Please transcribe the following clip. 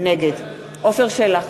נגד עפר שלח,